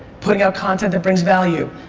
putting out content that brings value.